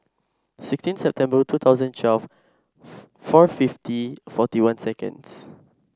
sixteen September two thousand and twelve four fifty forty one seconds